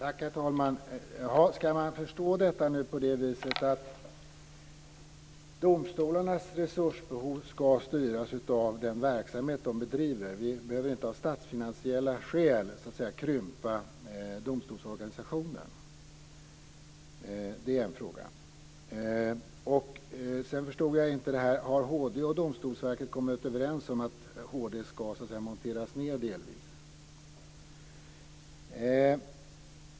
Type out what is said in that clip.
Herr talman! Ska man förstå detta på det viset att domstolarnas resursbehov ska styras av den verksamhet de bedriver, att vi inte av statsfinansiella skäl behöver krympa domstolsorganisationen? Det är en fråga. Sedan förstod jag inte om det är så att HD och Domstolsverket har kommit överens om att HD delvis ska monteras ned.